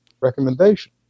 recommendation